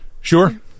sure